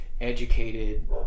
educated